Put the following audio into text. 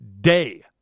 day